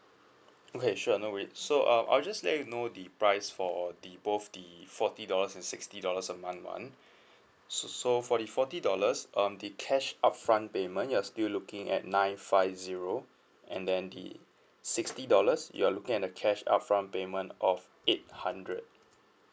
okay sure no worry so uh I'll just let you know the price for the both the forty dollars and sixty dollars a month [one] so so for the forty dollars um the cash upfront payment you are still looking at nine five zero and then the sixty dollars you are looking at the cash upfront payment of eight hundred